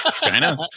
China